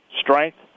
strength